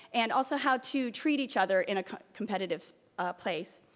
and also how to treat each other in a competitive place.